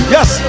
Yes